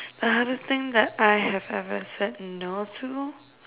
the hardest thing that I have ever said no to